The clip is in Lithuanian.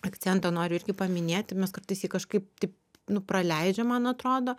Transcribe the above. akcentą noriu irgi paminėti mes kartais jį kažkaip taip nu praleidžiam man atrodo